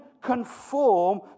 conform